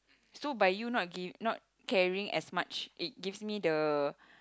so by you not gi~ by not caring as much it gives me the